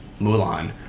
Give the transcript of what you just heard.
Mulan